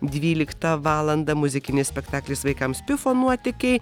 dvyliktą valandą muzikinis spektaklis vaikams pifo nuotykiai